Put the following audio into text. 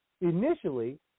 Initially